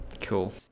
cool